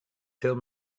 tell